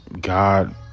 God